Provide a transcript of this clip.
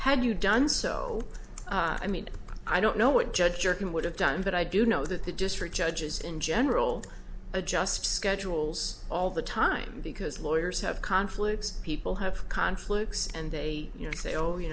had you done so i mean i don't know what judge jerkin would have done but i do know that the district judges in general adjust schedules all the time because lawyers have conflicts people have conflicts and they you know say oh you